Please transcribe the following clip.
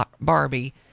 Barbie